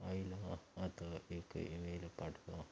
आईला आ आता एक ईमेल पाठवा